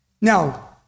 Now